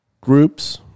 groups